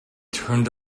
turned